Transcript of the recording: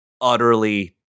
utterly